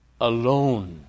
alone